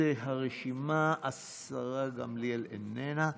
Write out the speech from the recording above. הצבעה למי שרוצה, בבקשה.